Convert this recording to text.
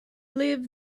live